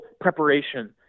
preparation